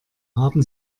haben